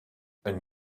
and